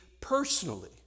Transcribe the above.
personally